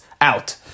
out